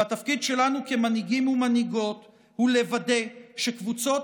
והתפקיד שלנו כמנהיגים ומנהיגות הוא לוודא שקבוצות